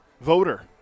Voter